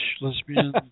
lesbian